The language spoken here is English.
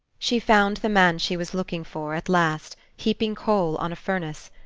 she found the man she was looking for, at last, heaping coal on a furnace.